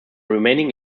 remaining